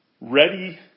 Ready